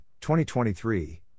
2023